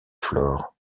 flore